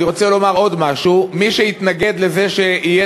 אני רוצה לומר עוד משהו: מי שיתנגד לזה שיהיה